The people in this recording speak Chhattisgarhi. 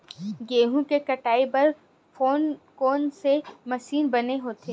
गेहूं के कटाई बर कोन कोन से मशीन बने होथे?